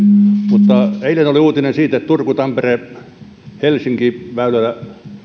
mutta eilen oli uutinen siitä että turku tampere helsinki väylillä